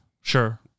Sure